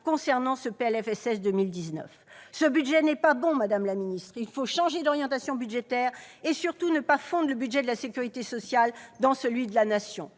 sur ce PLFSS. Ce budget n'est pas bon, madame la ministre. Il faut changer d'orientation budgétaire et surtout ne pas fondre le budget de la sécurité sociale dans celui de la Nation